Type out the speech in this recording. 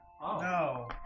No